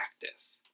practice